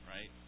right